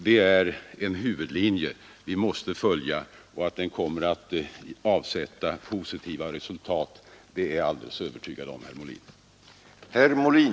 Det är en huvudlinje som vi måste följa, och att den kommer att avsätta positiva resultat är jag alldeles övertygad om, herr Molin.